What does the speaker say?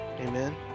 Amen